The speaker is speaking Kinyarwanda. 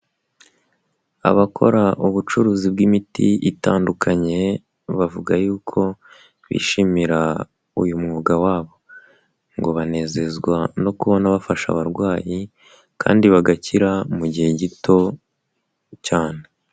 Abakora ubucuruzi bw'imiti itandukanye bavuga yuko bishimira uyu mwuga wabo ngo banezezwa no kubona bafasha abarwayi kandi bagakira mu gihe gito cyane.